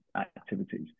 activities